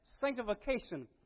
sanctification